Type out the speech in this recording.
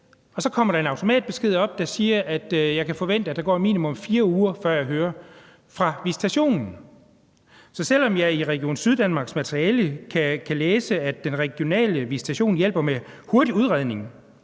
så kommer der en automatbesked op, der siger, at jeg kan forvente, at der går minimum 4 uger, før jeg hører fra visitationen. Jeg kan i Region Syddanmarks materiale kan læse, at den regionale visitation hjælper med hurtig udredning: